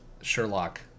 Sherlock